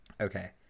okay